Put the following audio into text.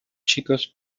chicos